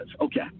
Okay